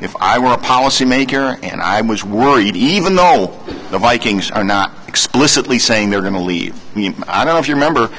if i were a policymaker and i was worried even though the vikings are not explicitly saying they're going to leave i don't know if you remember